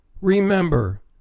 remember